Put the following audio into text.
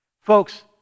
Folks